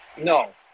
No